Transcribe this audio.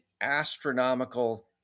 astronomical